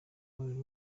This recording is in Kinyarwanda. umubiri